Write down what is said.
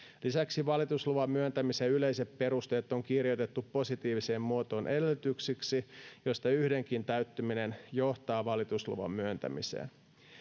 lisäksi valitusluvan myöntämisen yleiset perusteet on kirjoitettu positiiviseen muotoon edellytyksiksi joista yhdenkin täyttyminen johtaa valitusluvan myöntämiseen